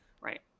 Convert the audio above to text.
Right